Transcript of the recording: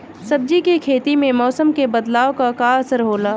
सब्जी के खेती में मौसम के बदलाव क का असर होला?